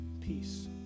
peace